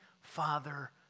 father